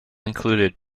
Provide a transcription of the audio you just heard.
included